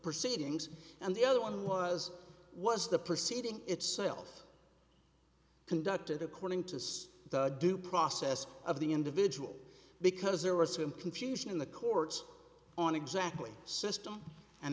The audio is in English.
proceedings and the other one was was the proceeding itself conducted according to the due process of the individual because there was some confusion in the court's on exactly system and